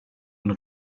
und